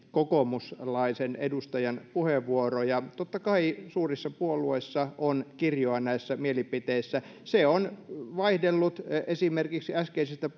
kokoomuslaisen edustajan puheenvuoron ja totta kai suurissa puolueissa on kirjoa näissä mielipiteissä se on vaihdellut esimerkiksi äskeisestä